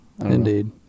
Indeed